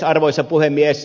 arvoisa puhemies